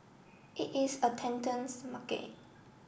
it is a market